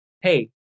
hey